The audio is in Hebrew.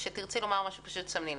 כשתרצי לומר משהו תסמני לי.